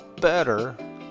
better